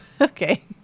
Okay